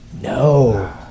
No